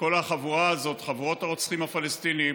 וכל החבורה הזאת, חבורות הרוצחים הפלסטינים,